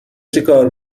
چیکار